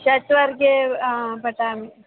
षट् वर्गे पठामि